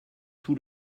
tout